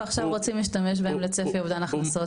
ועכשיו רוצים להשתמש בהם לצפי אובדן הכנסות.